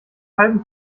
halben